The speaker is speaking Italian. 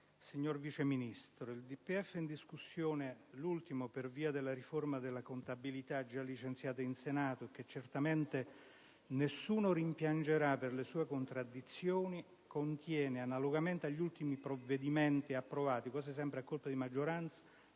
signor Vice Ministro, il DPEF in discussione, l'ultimo per via della riforma della contabilità già licenziata in Senato, che certamente nessuno rimpiangerà per le sue contraddizioni, contiene, analogamente agli ultimi provvedimenti approvati (quasi sempre a colpi di maggioranza),